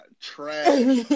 Trash